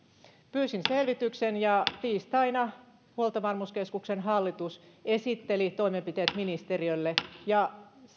pyysin selvityksen ja tiistaina huoltovarmuuskeskuksen hallitus esitteli toimenpiteet ministeriölle